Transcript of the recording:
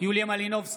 יוליה מלינובסקי,